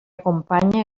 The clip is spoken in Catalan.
acompanye